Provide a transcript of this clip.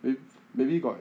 I mean maybe got